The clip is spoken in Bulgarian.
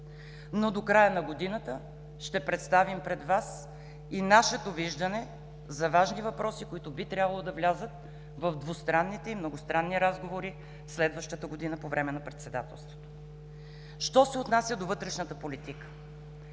До края на годината ще представим пред Вас и нашето виждане за важни въпроси, които би трябвало да влязат в двустранните и многостранни разговори следващата година по време на председателството. Що се отнася до вътрешната политика,